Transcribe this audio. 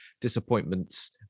disappointments